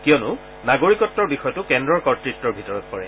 কিয়নো নাগৰিকত্বৰ বিষয়টো কেন্দ্ৰৰ কৰ্তৃত্বৰ ভিতৰত পৰে